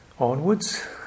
Onwards